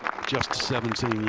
just seventeen